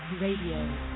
Radio